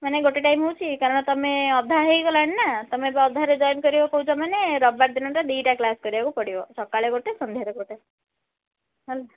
ମାନେ ଗୋଟେ ଟାଇମ ହେଉଛି କାରଣ ତୁମେ ଅଧା ହୋଇଗଲାଣି ନା ତୁମେ ଏବେ ଅଧାରେ ଜଏନ୍ କରିବ କହୁଛ ମାନେ ରବବିବାର ଦିନଟା ଦୁଇଟା କ୍ଲାସ୍ କରିବାକୁ ପଡ଼ିବ ସକାଳେ ଗୋଟେ ସନ୍ଧ୍ୟାରେ ଗୋଟେ ହେଲା